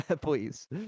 please